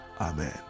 Amen